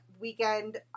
weekend